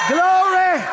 Glory